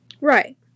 Right